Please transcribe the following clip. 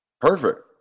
Perfect